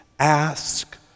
Ask